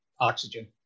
oxygen